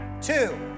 two